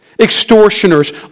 extortioners